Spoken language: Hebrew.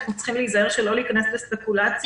אנחנו צריכים להיזהר שלא להיכנס לספקולציות.